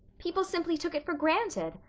people simply took it for granted.